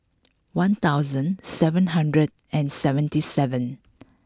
one thousand seven hundred and seventy seven